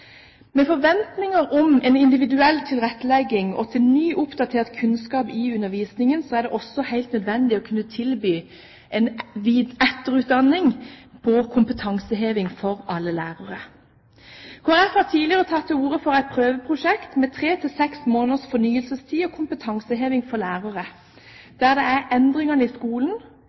Med forventninger om en individuell tilrettelegging og til ny, oppdatert kunnskap i undervisningen er det også helt nødvendig å kunne tilby en etterutdanning på kompetanseheving for alle lærere. Kristelig Folkeparti har tidligere tatt til orde for et prøveprosjekt med tre–seks måneders fornyelsestid og kompetanseheving for lærere, der endringene i skolen,